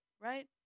right